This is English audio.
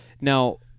Now